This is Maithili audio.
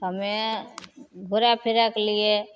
हमे घुरै फिरैके लिए